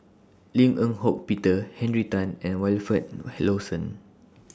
Lim Eng Hock Peter Henry Tan and Wilfed Lawson